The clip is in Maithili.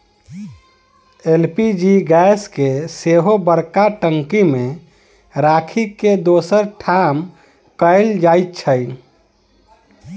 एल.पी.जी गैस के सेहो बड़का टंकी मे राखि के दोसर ठाम कयल जाइत छै